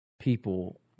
people